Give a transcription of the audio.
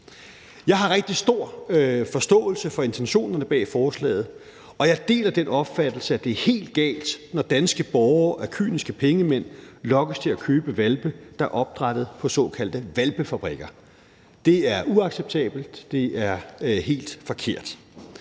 Jeg har rigtig stor forståelse for intentionerne bag forslaget, og jeg deler den opfattelse, at det er helt galt, når danske borgere af kyniske pengemænd lokkes til at købe hvalpe, der er opdrættet på såkaldte hvalpefabrikker. Det er uacceptabelt, det er helt forkert.